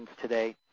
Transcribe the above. today